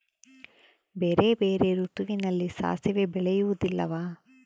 ಬೇರೆ ಬೇರೆ ಋತುವಿನಲ್ಲಿ ಸಾಸಿವೆ ಬೆಳೆಯುವುದಿಲ್ಲವಾ?